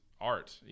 art